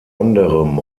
anderem